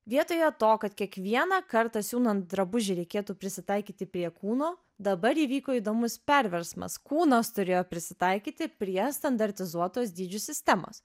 vietoje to kad kiekvieną kartą siūnant drabužį reikėtų prisitaikyti prie kūno dabar įvyko įdomus perversmas kūnas turėjo prisitaikyti prie standartizuotos dydžių sistemos